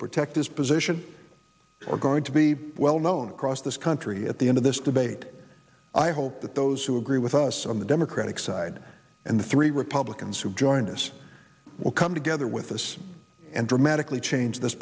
protect his position we're going to be well known across this country at the end of this debate i hope that those who agree with us on the democratic side and the three republicans who joined us will come together with us and dramatically change this